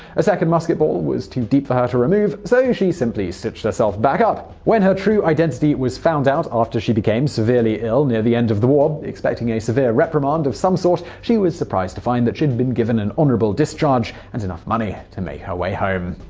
a second musket ball was too deep for her to remove, so she simply stitched herself back up. when her true identity was found out after she became severely ill near the end of the war, expecting a severe reprimand of some sort, she was surprised to find that she was given an honorable discharge and enough money to make her way home.